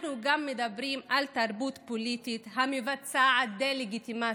אנחנו גם מדברים על תרבות פוליטית המבצעת דה-לגיטימציה,